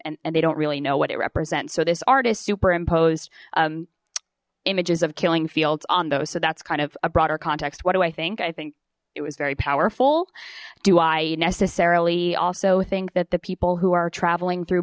them and they don't really know what it represents so this artist superimposed images of killing fields on those so that's kind of a broader context what do i think i think it was very powerful do i ss airily also think that the people who are traveling through